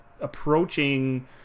approaching